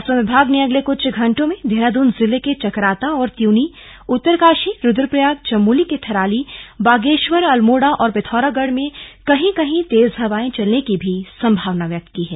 मौसम विभाग ने अगले कुछ घंटों में देहरादून जिले के चकराता और त्यूनी उत्तरकाशी रुद्दप्रयाग चमोली के थराली बागेश्वर अल्मोड़ा और पिथौरागढ़ में कहीं कहीं तेज हवाएं चलने की संभावना है